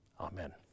Amen